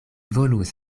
volus